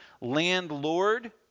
landlord